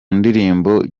ndirimbo